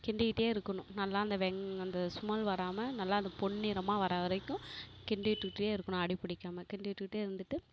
கிண்டிக்கிட்டு இருக்கணும் நல்லா அந்த வெங் அந்த சுமெல் வராமல் நல்லா அந்த பொன்நிறமாக வர வரைக்கும் கிண்டிவிட்டுக்கிட்டு இருக்கணும் அடி பிடிக்காம கிண்டிவிட்டுக்கிட்டே இருந்துட்டு